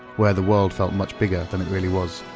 where the world felt much bigger than it really was,